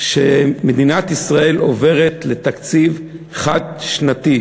שמדינת ישראל עוברת לתקציב חד-שנתי.